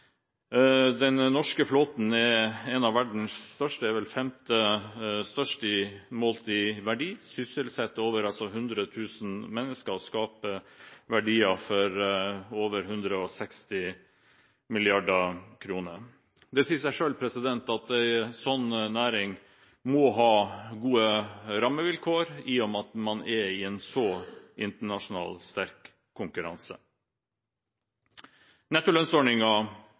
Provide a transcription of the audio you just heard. Den norske flåten er en av verdens største – det er vel den femte største, målt i verdi. Den sysselsetter over 100 000 mennesker og skaper verdier for over 160 mrd. kr. Det sier seg selv at en slik næring må ha gode rammevilkår, i og med den sterke internasjonale konkurransen. Nettolønnsordningen er